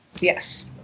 Yes